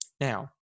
Now